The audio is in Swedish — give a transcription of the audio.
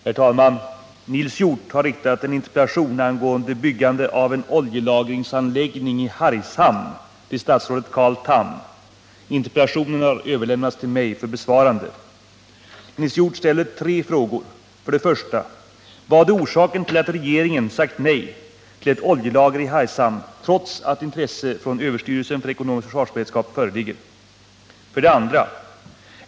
Herr talman! Nils Hjorth har riktat en interpellation angående byggande av en oljelagringsanläggning i Hargshamn till statsrådet Carl Tham. Interpellationen har överlämnats till mig för besvarande. Nils Hjorth ställer tre frågor: 1. Vad är orsaken till att regeringen sagt nej till ett oljelager i Hargshamn trots att intresse från ÖEF föreligger? 2.